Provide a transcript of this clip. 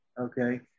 okay